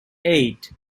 eight